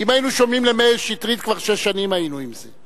אם היינו שומעים למאיר שטרית כבר שש שנים היינו עם זה.